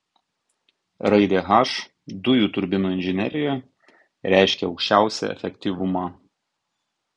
raidė h dujų turbinų inžinerijoje reiškia aukščiausią efektyvumą